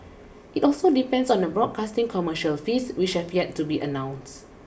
it also depends on the broadcasting commercial fees which have yet to be announce